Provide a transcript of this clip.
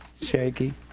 Shaky